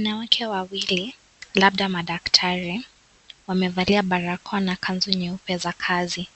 Wanawake wawili labda madaktari wamevalia barakoa na kanzu nyeupe za kazi.